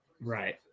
Right